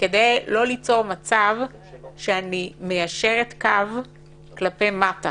וכדי לא ליצור מצב שאני מיישרת קו כלפי מטה